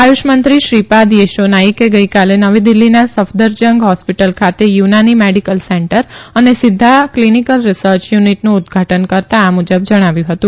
આયુષ મંત્રી શ્રીપાદ ચેશો નાઇકે ગઈકાલે નવી દિલ્હીના સફદરજંગ હોસ્પિટલ ખાતે યુનાની મેડિકલ સેન્ટર અને સિધ્ધા કલીનીકલ રિસર્ચ યુનિટનું ઉદઘાટન કરતા આ મુજબ જણાવ્યું હતું